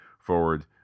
forward